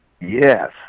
Yes